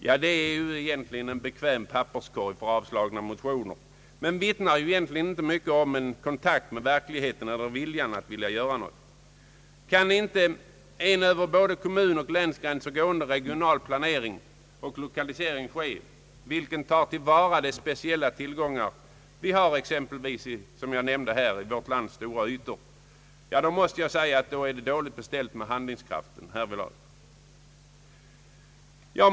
Detta är egentligen en bekväm »papperskorg» för avslagna motioner men vittnar egentligen inte mycket om kontakt med verkligheten eller viljan att göra något. Kan inte en över både kommunoch länsgränser gående regional planering och lokalisering ske, som tar till vara de speciella tillgångar som vi har exempelvis i vårt lands stora ytor, då är det dåligt beställt med handlingskraften härvidlag.